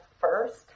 first